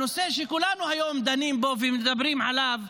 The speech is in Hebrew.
הנושא שכולנו היום דנים בו ומדברים עליו,